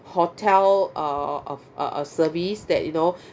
hotel err uh uh service that you know